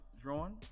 Drawn